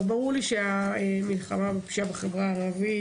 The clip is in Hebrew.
ברור לי שאנחנו בעיצומה של המלחמה בפשיעה בחברה הערבית,